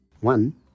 one